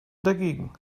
dagegen